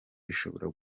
rishobora